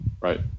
right